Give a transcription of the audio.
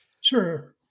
Sure